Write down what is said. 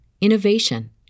innovation